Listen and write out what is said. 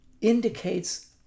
indicates